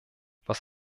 was